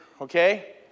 okay